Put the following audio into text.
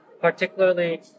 Particularly